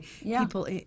people